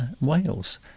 Wales